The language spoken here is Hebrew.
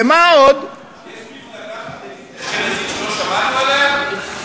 ומה עוד, יש מפלגה חרדית אשכנזית שלא שמענו עליה?